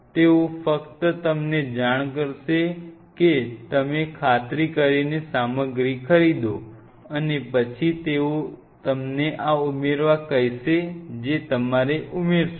તેઓ ફક્ત તમને જાણ કરશે કે કે તમે ખાતરી કરીને સામગ્રી ખરીદો અને પછી તેઓ તમને આ ઉમેરવા કહેશે જે તમારે ઉમેરશો